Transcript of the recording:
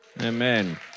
Amen